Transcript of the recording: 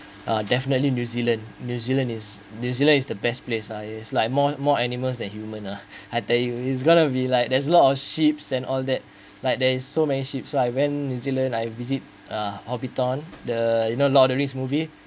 uh definitely new zealand new zealand is new zealand is the best place uh it's like more more animals than human uh I tell you it's gonna be like there's a lot of sheeps and all that like there's so many sheeps so I when I visit uh horbitton the you know the lord of the rings movie